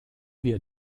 wir